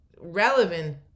relevant